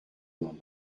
moment